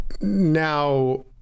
now